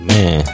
Man